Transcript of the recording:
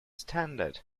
standard